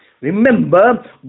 Remember